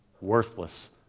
worthless